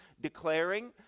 declaring